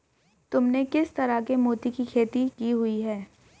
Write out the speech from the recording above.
तुमने किस तरह के मोती की खेती की हुई है?